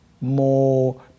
more